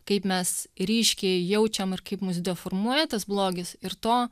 kaip mes ryškiai jaučiam ir kaip mus deformuoja tas blogis ir to